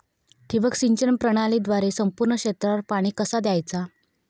ठिबक सिंचन प्रणालीद्वारे संपूर्ण क्षेत्रावर पाणी कसा दयाचा?